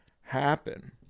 happen